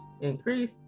increase